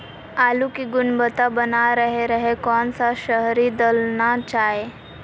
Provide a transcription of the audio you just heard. आलू की गुनबता बना रहे रहे कौन सा शहरी दलना चाये?